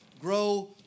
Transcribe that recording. grow